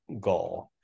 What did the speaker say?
goal